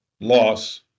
loss